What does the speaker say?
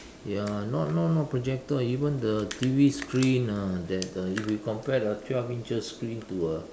ya not not not projector even the T_V screen ah that uh if you compare the twelve inches screen to a